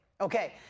Okay